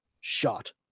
shot